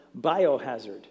biohazard